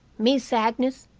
miss agnes,